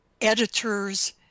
editors